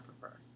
prefer